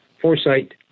foresight